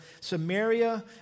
Samaria